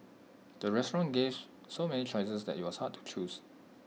the restaurant gave so many choices that IT was hard to choose